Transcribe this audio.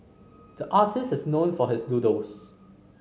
the artist is known for his doodles